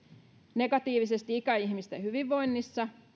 negatiivisesti ikäihmisten hyvinvoinnissa